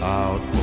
out